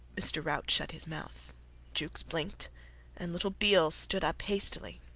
mr. rout shut his mouth jukes blinked and little beale stood up hastily.